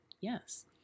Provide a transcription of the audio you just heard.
Yes